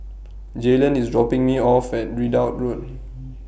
Jaylen IS dropping Me off At Ridout Road